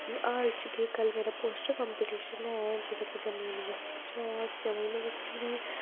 हाल गै कल मेरा पोस्टर कॉम्पिटिशन ऐ जेह्ड़ा जम्मू यूनिवर्सिटी च होएआ जम्मू यूनिवर्सिटी बी